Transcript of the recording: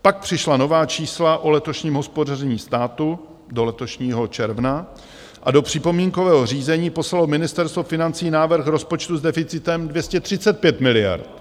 Pak přišla nová čísla o letošním hospodaření státu do letošního června a do připomínkového řízení poslalo Ministerstvo financí návrh rozpočtu s deficitem 235 miliard.